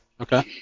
Okay